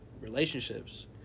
relationships